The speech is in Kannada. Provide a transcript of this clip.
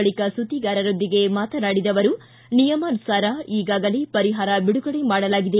ಬಳಿಕ ಸುದ್ವಿಗಾರರೊಂದಿಗೆ ಮಾತನಾಡಿದ ಅವರು ನಿಯಮಾನುಸಾರ ಈಗಾಗಲೇ ಪರಿಪಾರ ಬಿಡುಗಡೆ ಮಾಡಲಾಗಿದೆ